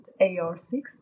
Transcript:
AR6